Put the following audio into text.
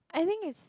I think it's